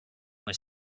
was